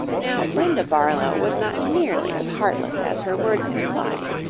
now brenda barlow was not nearly as heartless as her words implied.